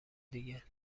دیگه